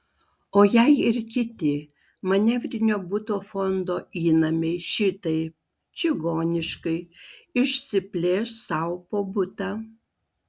o jei ir kiti manevrinio butų fondo įnamiai šitaip čigoniškai išsiplėš sau po butą